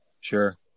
Sure